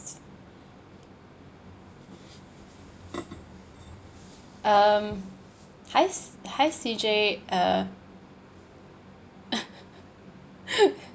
s~ um hi c~ hi C_J uh